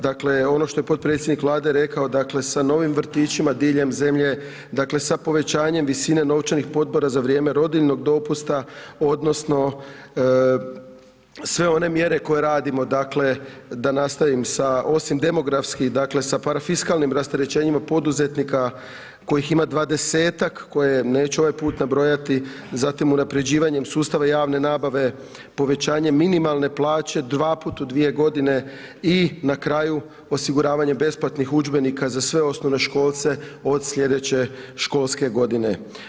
Dakle ono što je potpredsjednik Vlade rekao, dakle, sa novim vrtićima diljem zemlje, dakle, sa povećanjem visine novčanih potpora za vrijeme rodiljnog dopusta, odnosno, sve one mjere koje radimo dakle, da nastavim sa, osim demografskim, sa parafiskalnim rasterećenjima poduzetnika, kojih ima 20-tak, koje neću ovaj put nabrojati, zatim unapređivanjem sustava javne nabave, povećanje minimalne plaće, 2 puta u dvije godine i na kraju osiguravanje besplatnih udžbenika za sve osnovnoškolce od sljedeće školske godine.